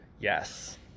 Yes